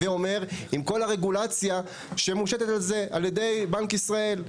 עם כל הרגולציה שמושתת על זה על ידי בנק ישראל.